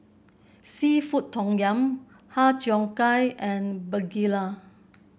seafood Tom Yum Har Cheong Gai and begedil